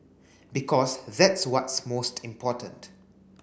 because that's what's most important